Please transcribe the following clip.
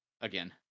again